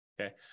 Okay